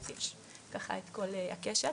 אז יש את כל הקשת.